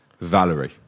Valerie